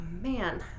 man